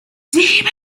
sieben